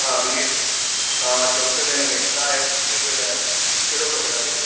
हा मिली वेंदो हा चॉक्लेट ऐं वेनीला आहे रेड वेल्वेट आहे कहिड़ो खपे तव्हांखे